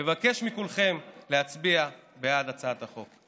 אני מבקש מכולכם להצביע בעד הצעת החוק.